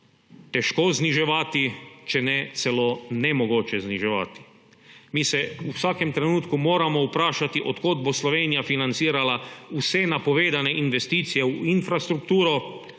težko zniževati, če ne celo nemogoče zniževati. Mi se v vsakem trenutku moramo vprašati, od kod bo Slovenija financirala vse napovedane investicije v infrastrukturo,